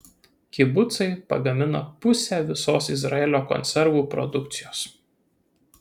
kibucai pagamina pusę visos izraelio konservų produkcijos